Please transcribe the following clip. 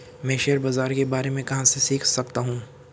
मैं शेयर बाज़ार के बारे में कहाँ से सीख सकता हूँ?